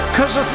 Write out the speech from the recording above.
Cause